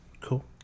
cool